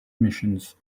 missions